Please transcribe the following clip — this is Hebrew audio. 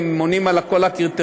הם עונים על כל הקריטריונים,